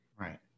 Right